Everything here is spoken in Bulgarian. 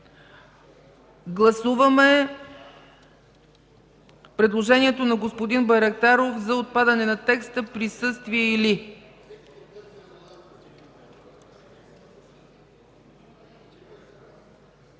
Гласуваме предложението на господин Байрактаров за отпадане на текста „присъствие или”.